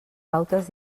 pautes